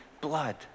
blood